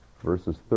verses